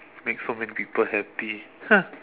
make so many people happy !huh!